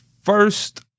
first